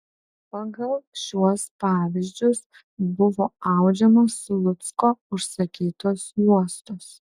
pagal šiuos pavyzdžius buvo audžiamos slucko užsakytos juostos